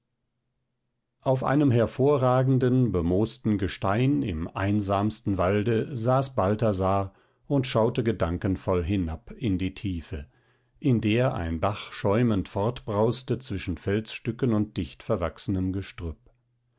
auf einem hervorragenden bemoosten gestein im einsamsten walde saß balthasar und schaute gedankenvoll hinab in die tiefe in der ein bach schäumend fortbrauste zwischen felsstücken und dicht verwachsenem gestrüpp